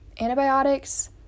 antibiotics